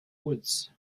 woods